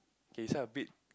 okay so a bit